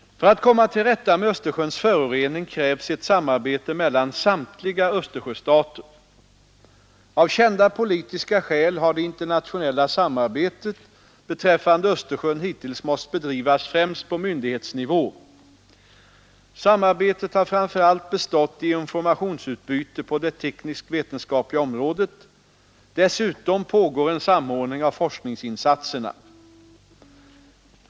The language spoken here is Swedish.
För att komma till rätta med Östersjöns förorening krävs ett samarbete mellan samtliga Östersjöstater. Av kända politiska skäl har det internationella samarbetet beträffande Östersjön hittills måst bedrivas främst på myndighetsnivå. Samarbetet har framför allt bestått i informationsutbyte på det tekniskt-vetenskapliga området. Dessutom pågår en samordning av forskningsinsatserna.